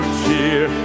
cheer